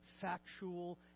factual